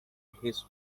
his